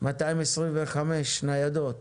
225 ניידות,